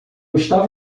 estava